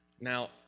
Now